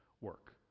work